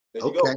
Okay